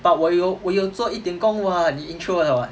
but 我有我有做一点工 [what] 你 intro 的 [what]